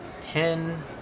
Ten